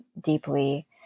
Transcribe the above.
deeply